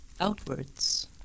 Outwards